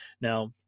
Now